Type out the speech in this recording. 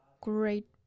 great